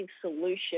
solution